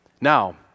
Now